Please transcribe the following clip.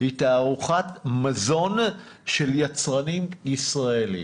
היא תערוכת מזון של יצרנים ישראלים.